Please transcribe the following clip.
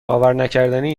باورنکردنی